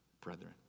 brethren